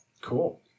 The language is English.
Cool